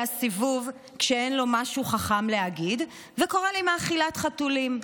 סיבוב כשאין לו משהו חכם להגיד וקורא לי "מאכילת חתולים".